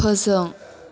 फोजों